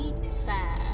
pizza